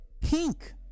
Pink